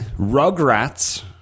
Rugrats